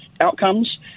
outcomes